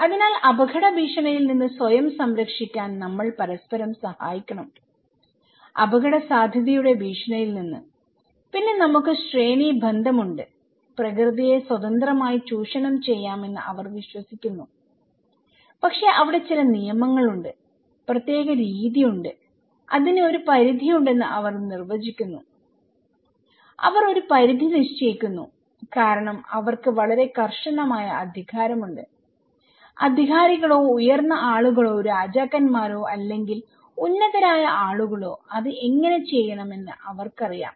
അതിനാൽ അപകട ഭീഷണിയിൽ നിന്ന് സ്വയം സംരക്ഷിക്കാൻ നമ്മൾ പരസ്പരം സഹായിക്കണം അപകടസാധ്യതയുടെ ഭീഷണിയിൽ നിന്ന് പിന്നെ നമുക്ക് ശ്രേണീബന്ധം ഉണ്ട് പ്രകൃതിയെ സ്വതന്ത്രമായി ചൂഷണം ചെയ്യാമെന്ന് അവർ വിശ്വസിക്കുന്നു പക്ഷേ അവിടെ ചില നിയമങ്ങളുണ്ട് പ്രത്യേക രീതി ഉണ്ട് അതിന് ഒരു പരിധിയുണ്ടെന്ന് അവർ നിർവചിക്കുന്നുഅവർ ഒരു പരിധി നിശ്ചയിക്കുന്നു കാരണം അവർക്ക് വളരെ കർശനമായ അധികാരമുണ്ട് അധികാരികളോ ഉയർന്ന ആളുകളോ രാജാക്കന്മാരോ അല്ലെങ്കിൽ ഉന്നതരായ ആളുകളോ അത് എങ്ങനെ ചെയ്യണമെന്ന് അവർക്കറിയാം